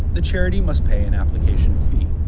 the charity must pay an application fee.